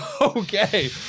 okay